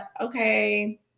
okay